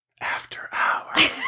After-hours